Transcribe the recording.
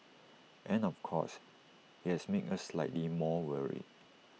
and of course IT has made us slightly more worried